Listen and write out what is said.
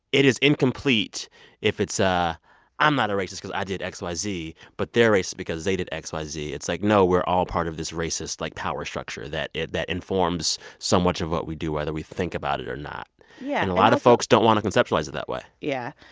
it is incomplete if it's, ah i'm not a racist because i did x y z but they're racist because they did x y z. it's, like, no. we're all part of this racist, like, power structure that informs so much of what we do whether we think about it or not yeah and a lot of folks don't want to conceptualize it that way yeah.